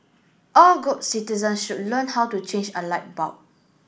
all good citizen should learn how to change a light bulb